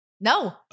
no